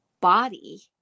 body